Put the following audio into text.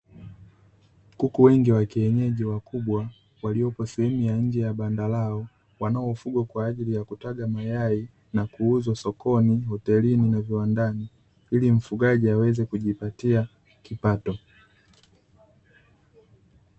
Kuku wengi wa kienyeji wakubwa walioko sehemu ya nje ya banda lao wanaofugwa kwaajili ya kutaga mayai, na kuuzwa sokoni, hotelini, na viwandani, ili mfugaji aweze kujipatia kipato.